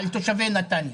על תושבי נתניה.